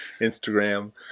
Instagram